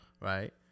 Right